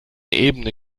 ebene